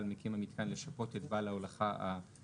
על מקים המיתקן לשפות את בעל רישיון ההולכה הארצי".